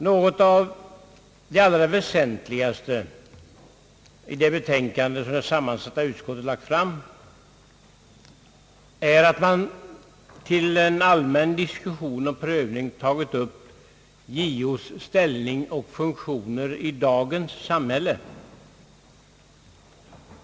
Något av det mest väsentliga i det betänkande som utskottet lagt fram är att man till en allmän diskussion och prövning tagit upp JO:s ställning och funktioner i dagens samhälle.